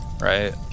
right